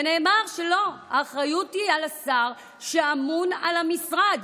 ונאמר שלא, האחריות היא על השר שאמון על המשרד.